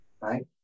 right